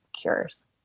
cures